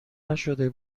نشده